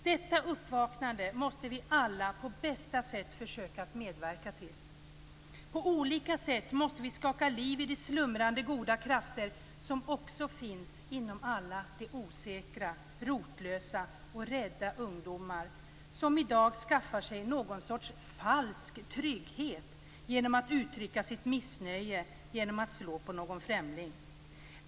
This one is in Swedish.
Detta uppvaknande måste vi alla på bästa sätt försöka medverka till. På olika sätt måste vi skaka liv i de slumrande goda krafter som också finns inom alla de osäkra, rotlösa och rädda ungdomar som i dag skaffar sig någon sorts falsk trygghet genom att uttrycka sitt missnöje med att slå på någon främling.